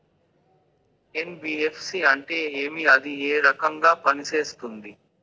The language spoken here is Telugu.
ఎన్.బి.ఎఫ్.సి అంటే ఏమి అది ఏ రకంగా పనిసేస్తుంది